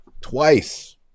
twice